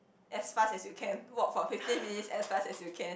as fast as you can walk for fifteen minutes as fast as you can